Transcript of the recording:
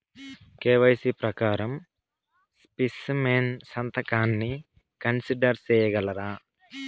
KYC ప్రకారం specimen సంతకాన్ని consider సేయగలరా?